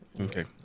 okay